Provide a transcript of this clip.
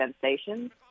sensations